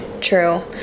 True